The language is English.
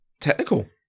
technical